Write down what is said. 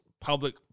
public